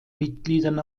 mitgliedern